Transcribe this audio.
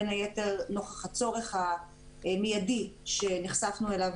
בין היתר נוכח הצורך המיידי שנחשפנו אליו